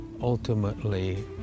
ultimately